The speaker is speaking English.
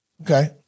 okay